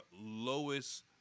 lowest